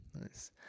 Nice